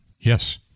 yes